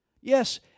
Yes